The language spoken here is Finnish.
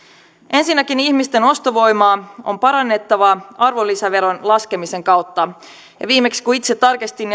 ensinnäkin ihmisten ostovoimaa on parannettava arvonlisäveron laskemisen kautta ja viimeksi kun itse tarkistin